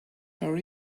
her